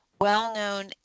well-known